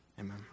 Amen